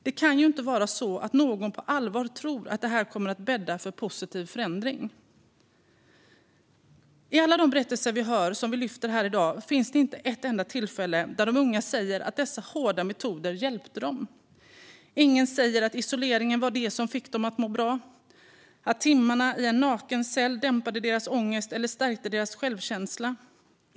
Det kan inte vara så att någon på allvar tror att det här kommer att bädda för positiv förändring. I alla de berättelser vi hör och som vi lyfter här i dag finns inte ett enda tillfälle där de unga säger att dessa hårda metoder hjälpte dem. Ingen säger att isoleringen var det som fick dem att må bra - att timmarna i en naken cell dämpade deras ångest eller stärkte deras självkänsla.